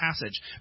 passage